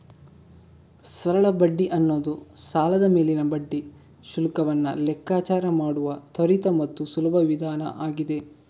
ಸರಳ ಬಡ್ಡಿ ಅನ್ನುದು ಸಾಲದ ಮೇಲಿನ ಬಡ್ಡಿ ಶುಲ್ಕವನ್ನ ಲೆಕ್ಕಾಚಾರ ಮಾಡುವ ತ್ವರಿತ ಮತ್ತು ಸುಲಭ ವಿಧಾನ ಆಗಿದೆ